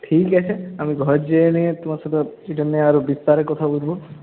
ঠিক আছে আমি ঘর যেয়ে নিয়ে তোমার সাথে এটা নিয়ে আরও বিস্তারে কথা বলবো